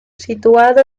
situado